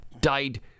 died